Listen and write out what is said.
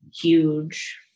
huge